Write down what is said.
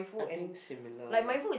I think similar ya